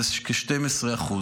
זה כ-12%.